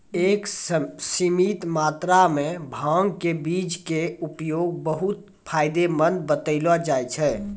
एक सीमित मात्रा मॅ भांग के बीज के उपयोग बहु्त फायदेमंद बतैलो जाय छै